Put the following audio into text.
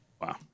Wow